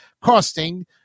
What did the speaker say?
costing